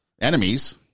enemies